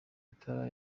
itara